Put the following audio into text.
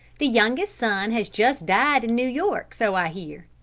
the youngest son has just died in new york, so i hear.